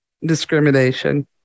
discrimination